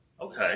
Okay